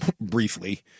briefly